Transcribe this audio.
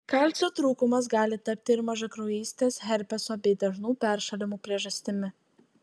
kalcio trūkumas gali tapti ir mažakraujystės herpeso bei dažnų peršalimų priežastimi